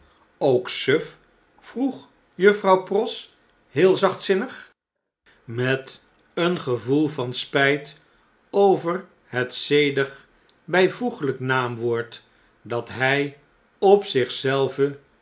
suf vroeg juffrouw pross heel zachtzinnig met een gevoel van sph't over het zedige bnvoegeljjk naamwoord dat hij op